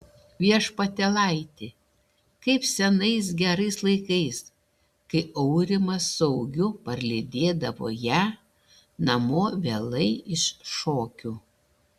viešpatėlaiti kaip senais gerais laikais kai aurimas su augiu parlydėdavo ją namo vėlai iš šokių